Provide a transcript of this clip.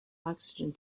oxygen